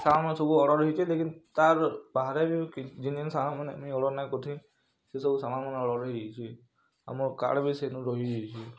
ସାମାନ୍ ସବୁ ଅର୍ଡ଼ର୍ ହେଇଛି ଲେକିନ୍ ତା'ର ବାହାରେ ଜିନ୍ ଜିନ୍ ସାମାନ୍ ମାନେ ମୁଇଁ ଅର୍ଡ଼ର୍ ନାଇଁ କରଥି ସେ ସବୁ ସାମାନ୍ ମାନେ ଅର୍ଡ଼ର୍ ହେଇ ଯାଇଛି ଆଉ ମୋ କାର୍ଡ଼ ବି ସେନୁ ରହି ଯାଇଛି